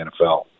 NFL